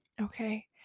Okay